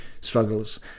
struggles